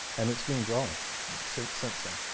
and it's been growing since since then.